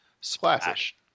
splash